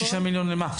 6 מיליון למה?